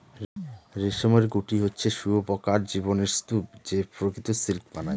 রেশমের গুটি হচ্ছে শুঁয়োপকার জীবনের স্তুপ যে প্রকৃত সিল্ক বানায়